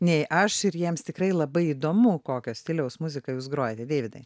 nei aš jiems tikrai labai įdomu kokio stiliaus muziką jūs grojate deividai